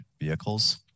vehicles